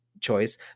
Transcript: choice